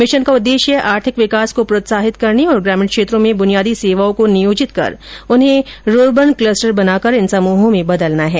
mission का उद्देश्य आर्थिक विकास को प्रोत्साहित करने और ग्रामीण क्षेत्रों में बुनियादी सेवाओं को नियोजित कर उन्हें रुर्बन क्लस्टर बनाकर इन समूहों को बदलना है